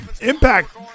Impact